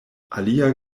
alia